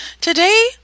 Today